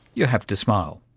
you have to smile.